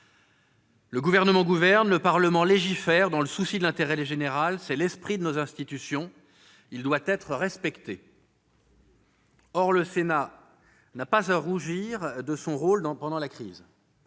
Le Gouvernement gouverne, le Parlement légifère, dans le souci de l'intérêt général. Tel est l'esprit de nos institutions, et il doit être respecté. Or, le Sénat n'a pas à rougir de son rôle pendant la crise.